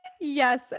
Yes